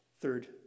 Third